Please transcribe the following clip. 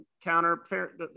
counter